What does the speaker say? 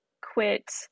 quit